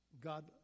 God